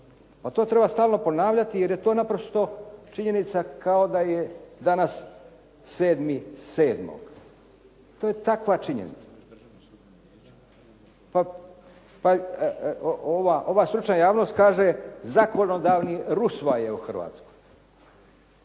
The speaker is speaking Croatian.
a to treba stalno ponavljati jer je to naprosto činjenica kao da je danas 7.7. To je takva činjenica. Pa ova stručna javnost kaže zakonodavni rusvaj je u Hrvatskoj.